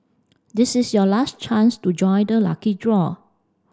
this is your last chance to join the lucky draw